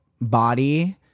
body